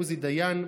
עוזי דיין,